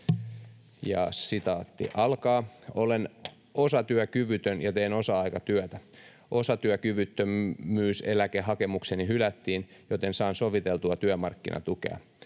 tehdä töitä.” ”Olen osatyökyvytön ja teen osa-aikatyötä. Osatyökyvyttömyyseläkehakemukseni hylättiin, joten saan soviteltua työmarkkinatukea.